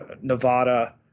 Nevada